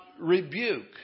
Rebuke